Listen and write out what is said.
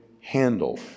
handle